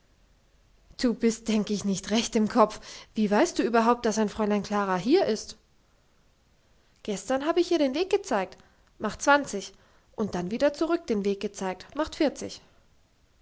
du bist denk ich nicht recht im kopf wie weißt du überhaupt dass ein fräulein klara hier ist gestern habe ich ihr den weg gezeigt macht zwanzig und dann wieder zurück den weg gezeigt macht vierzig